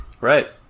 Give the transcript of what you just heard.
Right